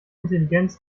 intelligenz